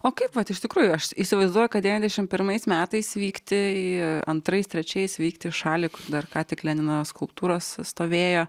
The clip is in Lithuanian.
o kaip vat iš tikrųjų aš įsivaizduoju kad devyniasdešim pirmais metais vykti į antrais trečiais vykti į šalį dar ką tik lenino skulptūros stovėjo